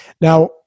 Now